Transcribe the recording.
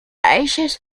races